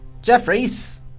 Jeffries